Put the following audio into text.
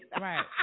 Right